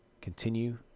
Continue